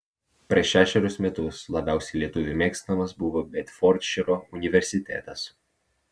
prieš šešerius metus labiausiai lietuvių mėgstamas buvo bedfordšyro universitetas